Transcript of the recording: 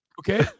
okay